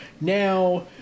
now